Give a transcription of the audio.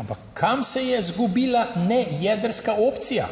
Ampak kam se je izgubila ne jedrska opcija?